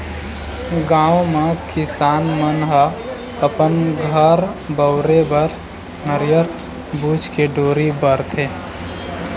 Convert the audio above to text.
गाँव म किसान मन ह अपन घर बउरे बर नरियर बूच के डोरी बरथे